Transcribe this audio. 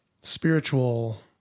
spiritual